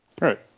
Right